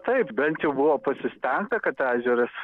taip bent buvo pasistengta kad ežeras